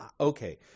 okay